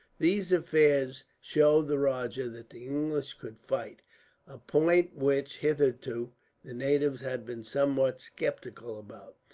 these affairs showed the rajah that the english could fight a point which, hitherto, the natives had been somewhat sceptical about.